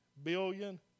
billion